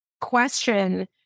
question